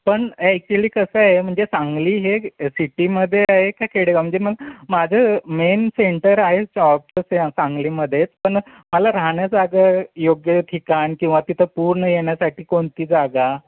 पण ॲक्च्युली कसं आहे म्हणजे सांगली हे सिटीमध्ये आहे का खेडेगाव म्हणजे मग माझं मेन सेंटर आहे शॉपचं ते सांगलीमध्येच पण मला राहण्या जाग योग्य ठिकाण किंवा तिथं पूर न येण्यासाठी कोणती जागा